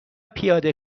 پیاده